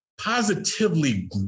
positively